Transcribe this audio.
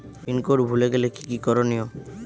Pin code ভুলে গেলে কি কি করনিয়?